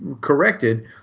corrected